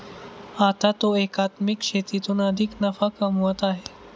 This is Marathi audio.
आता तो एकात्मिक शेतीतून अधिक नफा कमवत आहे